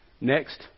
next